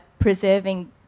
preserving